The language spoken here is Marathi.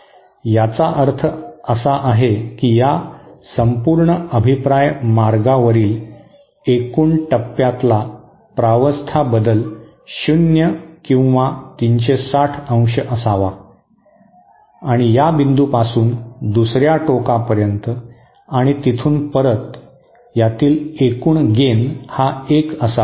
याचा अर्थ असा आहे की या संपूर्ण अभिप्राय मार्गावरील एकूण टप्प्यातला प्रावस्था बदल शून्य किंवा 360 अंश असावा आणि या बिंदूपासून दुसर्या टोकापर्यंत आणि तिथून परत यातील एकूण गेन हा एक असावा